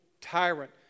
tyrant